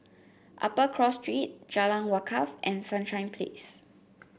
Upper Cross Street Jalan Wakaff and Sunshine Place